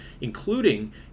including